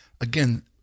Again